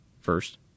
first